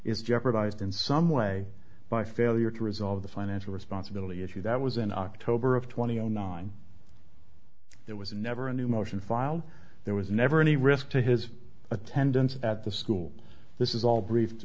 is jeopardized in some way by failure to resolve the financial responsibility issue that was in october of twenty zero nine there was never a new motion filed there was never any risk to his attendance at the school this is all br